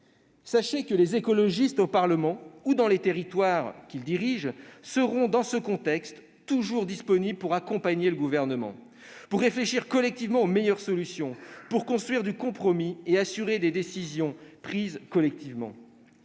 Sachez que les écologistes, au Parlement ou dans les territoires qu'ils dirigent, seront, dans ce contexte, toujours disponibles pour accompagner le Gouvernement, pour réfléchir collectivement aux meilleures solutions, pour construire du compromis et assumer des décisions prises collectivement.